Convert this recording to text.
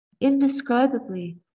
indescribably